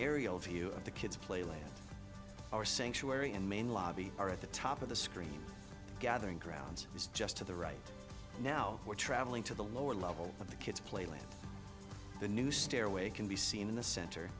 aerial view of the kids play later our sanctuary and main lobby are at the top of the screen gathering grounds is just to the right now we're traveling to the lower level of the kids play like the new stairway can be seen in the cent